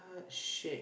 shit